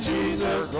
Jesus